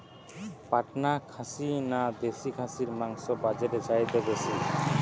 পাটনা খাসি না দেশী খাসির মাংস বাজারে চাহিদা বেশি?